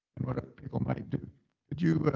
and what other people might do. could you but